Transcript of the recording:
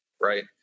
right